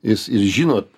jis jis žino